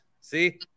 See